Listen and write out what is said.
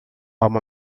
uma